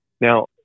Now